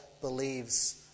believes